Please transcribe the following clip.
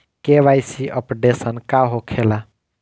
KYC updation का होखेला?